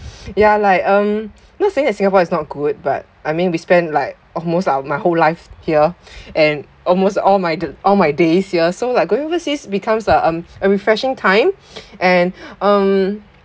ya like um not saying that singapore is not good but I mean we spent like almost our my whole life here and almost all my d~ all my days here so like going overseas becomes um a refreshing time and um